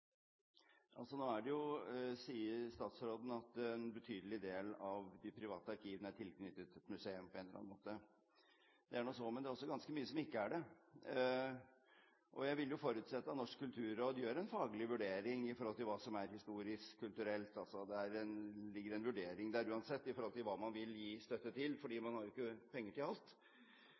Nå sier statsråden at en betydelig del av de private arkivene er tilknyttet et museum på en eller annen måte. Det er nå så. Men det er også ganske mye som ikke er det. Jeg vil forutsette at Norsk kulturråd gjør en faglig vurdering med tanke på hva som er historisk, og hva som er kulturelt. Det ligger uansett en vurdering der med hensyn til hva man vil gi støtte til, for man har jo ikke penger til alt